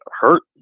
hurt